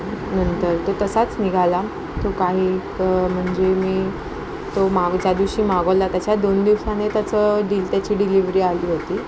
नंतर तो तसाच निघाला तो काही म्हणजे मी तो ज्या दिवशी मागवला त्याच्या दोन दिवसाने त्याचं डील त्याची डिलिव्हरी आली होती